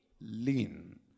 lean